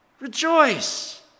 rejoice